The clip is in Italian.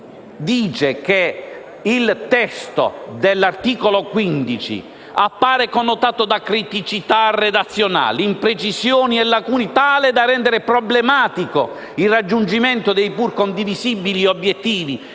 - del suddetto articolo - appare connotato da criticità relazionali, imprecisioni e lacune, tali da rendere problematico il raggiungimento dei pur condivisibili obiettivi